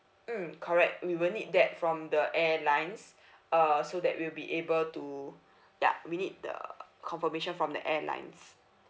mmhmm correct we will need that from the airlines uh so that we'll be able to ya we need the confirmation from the airlines